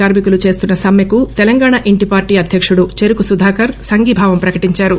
కార్కి కులు చేస్తున్న సమ్మెకు తెలంగాణ ఇంటి పార్టీ అధ్యకుడు చెరుకు సుధాకర్ సంఘీభావం ప్రకటించారు